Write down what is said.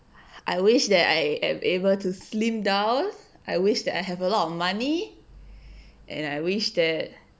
I wish that I am able to slim down I wish that I have a lot of money and I wish that